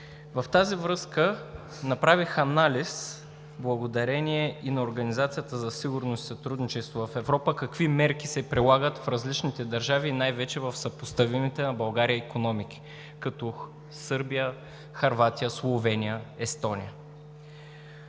В тази връзка направих анализ, благодарение и на Организацията за сигурност и сътрудничество в Европа, какви мерки се прилагат в различните държави и най-вече в съпоставимите на България икономики, като Сърбия, Хърватия, Словения, Естония.